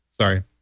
Sorry